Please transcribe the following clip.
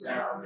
Now